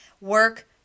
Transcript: Work